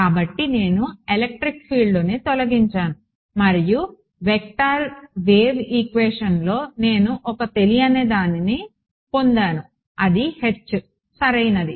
కాబట్టి నేను ఎలెక్ట్రిక్ ఫీల్డ్ను తొలగించాను మరియు వెక్టార్ వేవ్ ఈక్వేషన్లో నేను ఒక తెలియనిది పొందాను అది H సరైనది